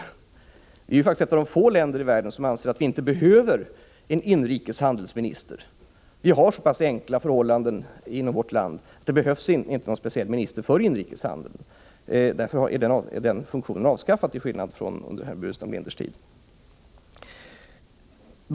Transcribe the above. Sverige är ett av de få länder i världen som anser att vi har så pass enkla förhållanden inom landet att vi inte behöver någon speciell minister för inrikeshandeln. Därför är den funktionen avskaffad, till skillnad från under herr Burenstam Linders tid i regeringen.